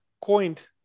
coined